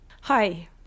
Hi